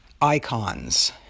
icons